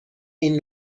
این